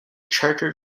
charter